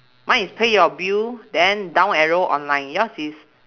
mine is pay your bill then down arrow online yours is